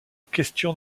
question